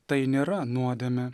tai nėra nuodėmė